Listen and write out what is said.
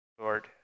Lord